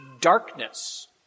darkness